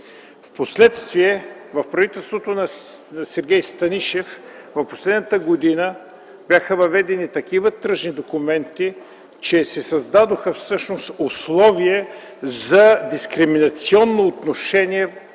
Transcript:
Впоследствие от правителството на Сергей Станишев в последната година бяха въведени такива тръжни документи, че се създадоха условия за дискриминационно отношение